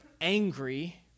angry